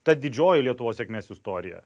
ta didžioji lietuvos sėkmės istorija